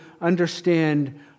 understand